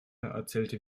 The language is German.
erzählte